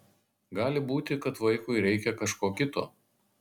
gali būti kad vaikui reikia kažko kito